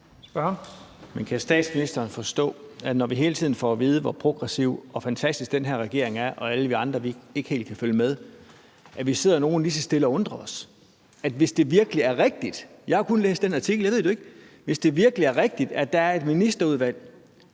kan statsministeren forstå, at når vi hele tiden får at vide, hvor progressiv og fantastisk den her regering er, og at alle vi andre ikke helt kan følge med, sidder nogle af os lige så stille og undrer os? Hvis det virkelig er rigtigt – jeg har kun læst den artikel; jeg ved det jo ikke – at der er et ministerudvalg,